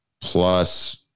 plus